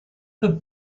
have